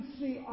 see